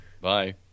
Bye